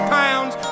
pounds